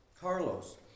Carlos